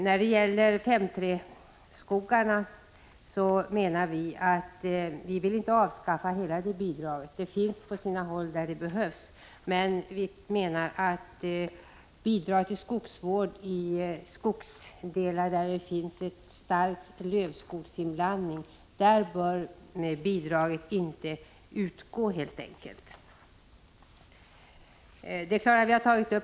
Vad så gäller 5:3-skogarna vill vi inte avskaffa hela bidraget. Det skall finnas kvar där det behövs. Bidrag till skogsvård i de skogsdelar där det finns en stark lövskogsinblandning bör helt enkelt inte utgå.